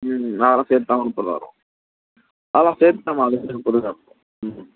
ம் அதெல்லாம் சேர்த்துதாம்மா முப்பது ரூபா வரும் அதெல்லாம் சேர்த்துதாம்மா அதுக்கு ம்